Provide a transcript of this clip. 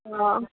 অঁ